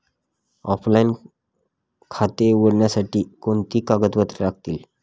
Offline खाते उघडण्यासाठी कोणती कागदपत्रे लागतील?